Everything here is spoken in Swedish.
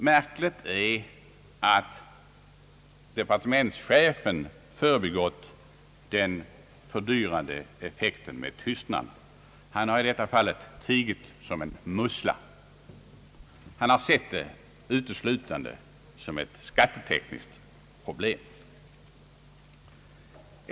Märkligt är att departementschefen förbigått den fördyrande effekten med tystnad. Han har i detta fall tigit som en mussla. Han har sett det uteslutande som ett skattetekniskt problem.